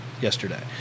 yesterday